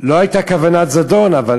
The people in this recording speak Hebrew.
לא הייתה כוונת זדון, אבל